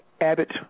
Abbott